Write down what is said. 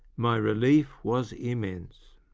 my relief was immense.